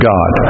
God